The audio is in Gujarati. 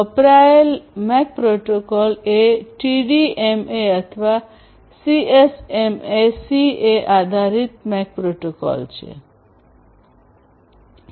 વપરાયેલ મેક પ્રોટોકોલ એ ટીડીએમએ અથવા સીએસએમએ સીએ આધારિત મેક પ્રોટોકોલ છે